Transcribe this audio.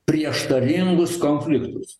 prieštaringus konfliktus